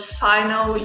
final